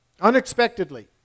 Unexpectedly